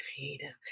creative